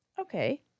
Okay